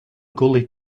gully